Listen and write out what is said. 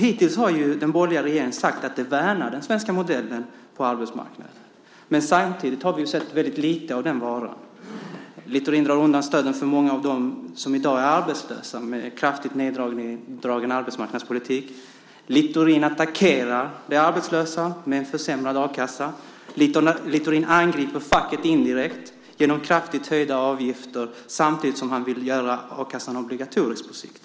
Hittills har den borgerliga regeringen sagt att den värnar den svenska modellen på arbetsmarknaden. Samtidigt har vi sett väldigt lite av den varan. Littorin drar undan stödet för många av dem som i dag är arbetslösa med en kraftigt neddragen arbetsmarknadspolitik. Littorin attackerar de arbetslösa med en försämrad a-kassa. Littorin angriper facket indirekt genom kraftigt höjda avgifter samtidigt som han vill göra a-kassan obligatorisk på sikt.